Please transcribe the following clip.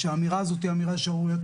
שהאמירה הזאת היא אמירה שערורייתית,